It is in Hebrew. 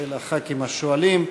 ולחברי הכנסת השואלים.